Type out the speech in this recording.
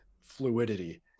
fluidity